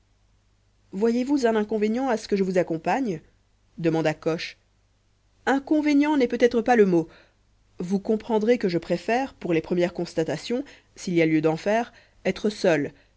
voyez-vous un inconvénient a ce que je vous accompagne demanda coche inconvénient n'est peut-être pas le mot vous comprendrez que je préfère pour les premières constatations s'il y a lieu d'en faire être seul